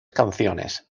canciones